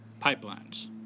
Pipelines